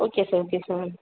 okay sir okay sir